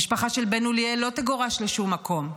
המשפחה של בן אוליאל לא תגורש לשום מקום.